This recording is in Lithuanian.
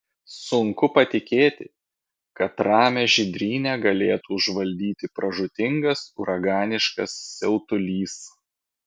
sunku patikėti kad ramią žydrynę galėtų užvaldyti pražūtingas uraganiškas siautulys